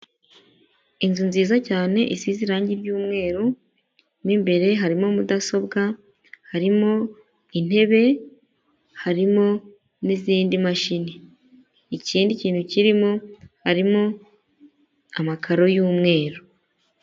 Inzu nziza cyane isize irangi ry'umweru, mu imbere harimo mudasobwa, harimo intebe, harimo n'izindi mashini, ikindi kintu kirimo, harimo amakaro y'umweru.